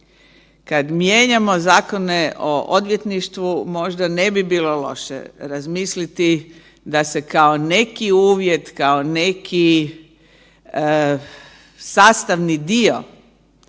Kad mijenjamo zakone o odvjetništvu, možda ne bi bilo loše razmisliti da se kao neki uvjet, kao neki sastavni dio